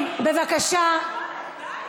די.